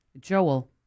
Joel